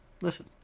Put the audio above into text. listen